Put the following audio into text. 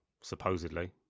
supposedly